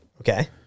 Okay